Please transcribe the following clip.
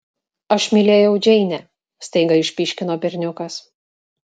aš mylėjau džeinę staiga išpyškino berniukas